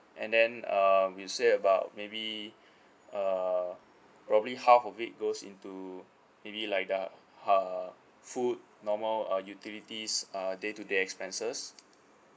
and then uh we'll save about maybe uh probably half of it goes into maybe like the uh food normal uh utilities uh day to day expenses